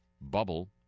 bubble